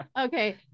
Okay